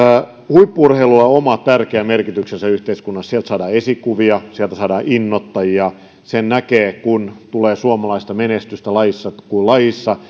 huippu urheilulla on oma tärkeä merkityksensä yhteiskunnassa sieltä saadaan esikuvia sieltä saadaan innoittajia sen näkee kun tulee suomalaista menestystä lajissa kuin lajissa